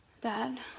Dad